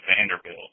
Vanderbilt